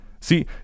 See